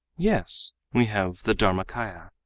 yes, we have the dharmakaya.